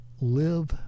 live